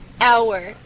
hour